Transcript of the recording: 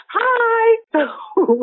Hi